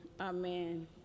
amen